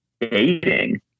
dating